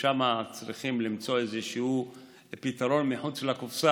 ששם אתה חושב שצריך למצוא איזה פתרון מחוץ לקופסה,